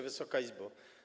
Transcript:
Wysoka Izbo!